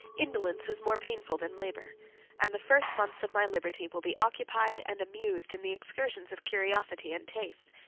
indolence is more painful than labor and the first months of my liberty will be occupied and amused in the excursions of curiosity and taste.